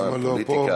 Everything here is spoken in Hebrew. כמובן על פוליטיקה.